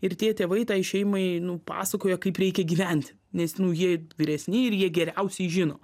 ir tie tėvai tai šeimai nu pasakoja kaip reikia gyventi nes nu jie vyresni ir jie geriausiai žino